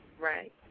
right